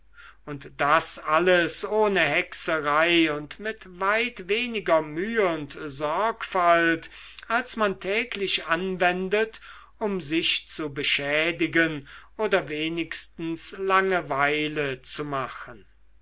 und das alles ohne hexerei und mit weit weniger mühe und sorgfalt als man täglich anwendet um sich zu beschädigen oder wenigstens langeweile zu machen